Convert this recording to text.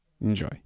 Enjoy